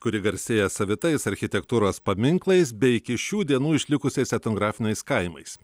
kuri garsėja savitais architektūros paminklais bei iki šių dienų išlikusiais etnografiniais kaimais